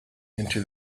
into